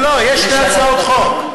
לא, יש שתי הצעות חוק.